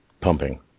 pumping